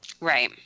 right